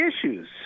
issues